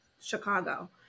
Chicago